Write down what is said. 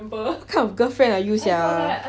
what kind of girlfriend are you sia